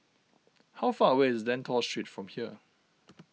how far away is Lentor Street from here